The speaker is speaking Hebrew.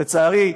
לצערי,